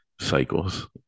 cycles